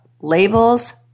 Labels